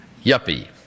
Yuppie